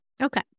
Okay